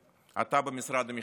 אתה במשרד המשפטים,